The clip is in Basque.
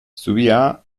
zubia